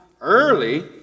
Early